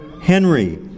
Henry